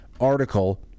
article